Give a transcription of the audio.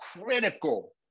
critical